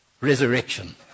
resurrection